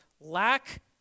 lack